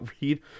read